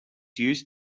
used